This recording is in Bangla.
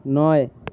নয়